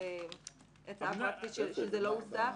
זו הצעה פרקטית שלא הוספה.